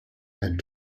and